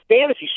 fantasy